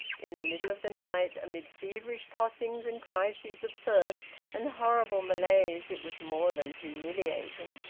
in the middle of the night, amid feverish tossings and crises of thirst, and horrible malaise, it was more than humiliating!